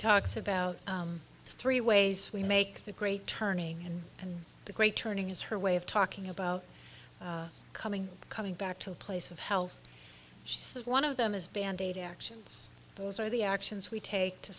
talks about three ways we make the great turning and and the great turning is her way of talking about coming coming back to a place of health says one of them is band aid actions those are the actions we take to